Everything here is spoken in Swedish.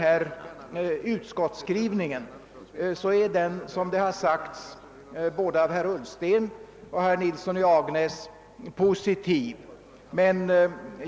Utskottets skrivning är, såsom här har sagts både av herr Ullsten och herr Nilsson i Agnäs, positiv.